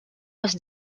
was